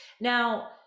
Now